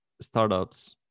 startups